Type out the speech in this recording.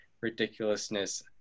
ridiculousness